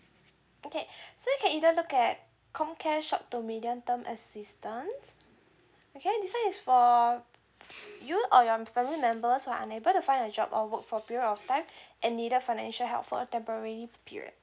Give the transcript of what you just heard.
okay so you can either look at comcare short to medium term assistance okay this one is for you or your family member also unable to find a job or work for period of time and needed financial help for a temporary period